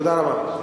תודה רבה.